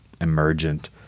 emergent